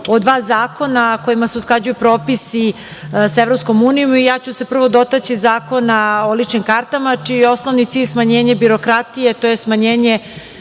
o dva zakona kojima se usklađuju propisi sa EU i ja ću se prvo dotaći Zakona o ličnim kartama, čiji je osnovni cilj smanjenje birokratije, tj. smanjenje